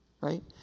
Right